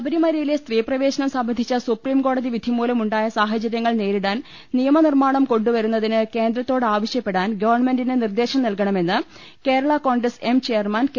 ശബരിമലയിലെ സ്ത്രീപ്രവേശനം സംബന്ധിച്ച സുപ്രീംകോ ടതിവിധിമൂലം ഉണ്ടായ സാഹചര്യങ്ങൾ നേരിടാൻ നിയമ നിർമ്മാണം കൊണ്ടുവരുന്നതിന് കേന്ദ്രത്തോട് ആവശ്യപ്പെടാൻ ഗവൺമെന്റിന് നിർദേശം നൽകണമെന്ന് Kerala Congress M chairman K